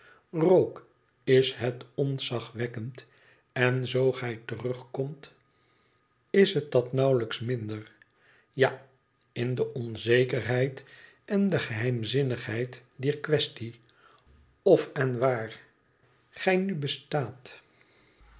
rogue is het ontzagwekkend en zoo gij terugkomt is het dat nauwelijks minder ja in de onzekerheid en de geheimzinnigheid dier quaestie f en wdr gij nu bestaat